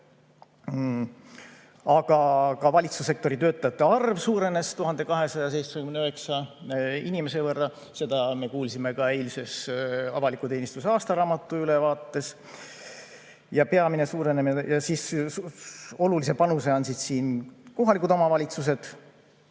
Aga ka valitsussektori töötajate arv suurenes 1279 inimese võrra. Seda me kuulsime ka eilses avaliku teenistuse aastaraamatu ülevaates. Olulise panuse andsid siin kohalikud omavalitsused.